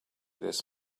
this